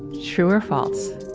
true or false?